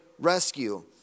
rescue